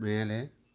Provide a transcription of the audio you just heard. மேலே